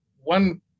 one-